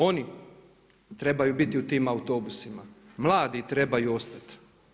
Oni trebaju biti u tim autobusima, mladi trebaju ostati.